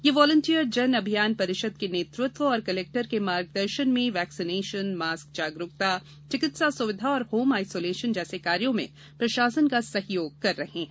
ये वालेंटियर जन अभियान परिषद के नेतत्व और कलेक्टर के मार्गदर्शन में वैक्सीनेशन मास्क जागरूकता चिकित्सा सुविधा और होम आइसोलेशन जैसे कार्यों में प्रशासन का सहयोग कर रहे हैं